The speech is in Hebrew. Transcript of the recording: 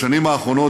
בשנים האחרונות,